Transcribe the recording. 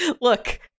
Look